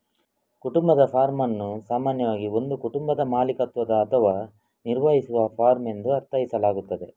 ಕುಟುಂಬದ ಫಾರ್ಮ್ ಅನ್ನು ಸಾಮಾನ್ಯವಾಗಿ ಒಂದು ಕುಟುಂಬದ ಮಾಲೀಕತ್ವದ ಅಥವಾ ನಿರ್ವಹಿಸುವ ಫಾರ್ಮ್ ಎಂದು ಅರ್ಥೈಸಲಾಗುತ್ತದೆ